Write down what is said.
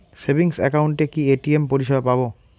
Savings একাউন্টে কি ATM পরিসেবা পাব?